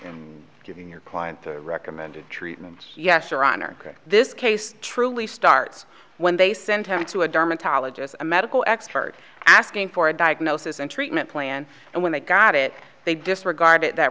in giving your client the recommended treatment yes your honor this case truly starts when they sent me to a dermatologist a medical expert asking for a diagnosis and treatment plan and when they got it they disregarded that